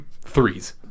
threes